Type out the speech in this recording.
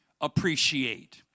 appreciate